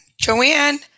Joanne